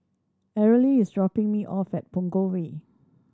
Arely is dropping me off at Punggol Way